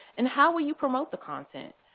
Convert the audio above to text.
and how will you promote the content?